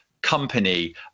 company